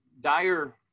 dire